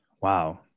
Wow